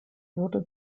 wurde